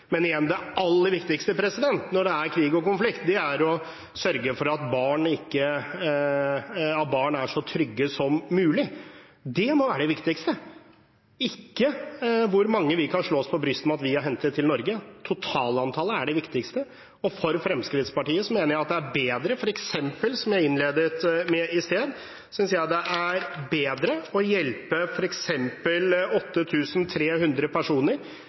Men igjen: Det aller viktigste når det er krig og konflikt, er å sørge for at barn er så trygge som mulig. Det må være det viktigste, ikke hvor mange vi kan slå oss på brystet over å ha hentet til Norge. Det totale antallet er det viktigste, og for Fremskrittspartiet er det, som jeg innledet med i sted, bedre og viktigere å hjelpe f.eks. 8 300 personer til å være trygge og få utdanning og helsehjelp enn å hente 50 personer